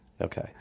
Okay